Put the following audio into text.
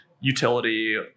utility